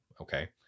Okay